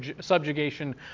subjugation